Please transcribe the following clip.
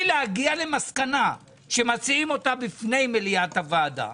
להגיע למסקנה שמציעים אותה בפני מליאת הוועדה,